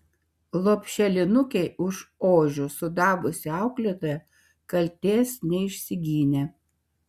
lopšelinukei už ožius sudavusi auklėtoja kaltės neišsigynė